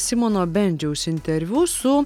simono bendžiaus interviu su